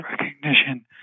recognition